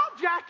jack